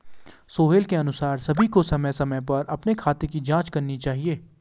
सोहेल के अनुसार सभी को समय समय पर अपने खाते की जांच करनी चाहिए